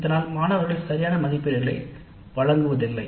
இதனால் மாணவர்கள் சரியான மதிப்பீடுகளை வழங்குவதில்லை